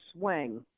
swing